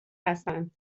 هستند